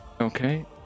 Okay